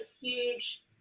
huge